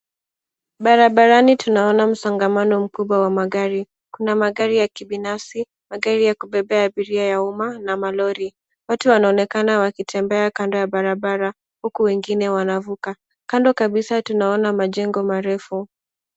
Barabarani tunaona msongamano mkubwa wa magari. Kuna magari binafsi, magari ya kubebea abiria ya umma na malori. Watu wanaonekana wakitembea kando ya barabara, huku wengine wanavuka. Kando kabisa tunaona majengo marefu.